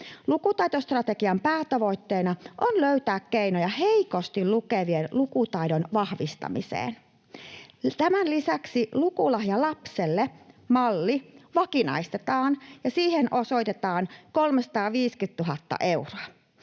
Lukutaitostrategian päätavoitteena on löytää keinoja heikosti lukevien lukutaidon vahvistamiseen. Tämän lisäksi Lukulahja lapselle ‑malli vakinaistetaan ja siihen osoitetaan 350 000 euroa.